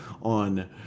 on